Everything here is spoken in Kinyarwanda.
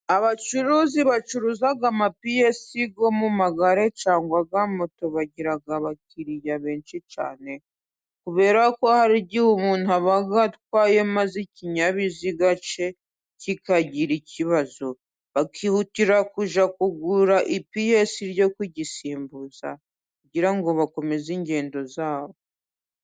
Abacuruzi bacuruza amapiyesi yo mu magare cyangwa aya moto bagira abakiriya benshi cyane, kuberako hari igihe umuntu aba atwaye maze ikinyabiziga cye kikagira ikibazo, bakihutira kujya kugura ipiyesi ryo kugisimbuza kugira ngo bakomeze ingendo zabo.